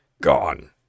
gone